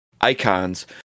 icons